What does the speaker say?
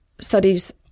studies